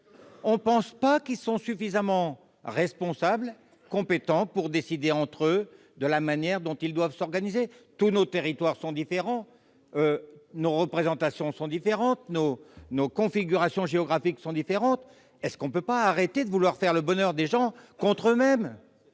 On n'imagine pas qu'elles soient suffisamment responsables et compétentes pour décider, entre elles, de la manière dont elles doivent s'organiser. Tous nos territoires sont différents, nos représentations sont différentes, nos configurations géographiques sont différentes ! Ne peut-on pas arrêter de vouloir faire le bonheur des gens contre leur